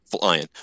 flying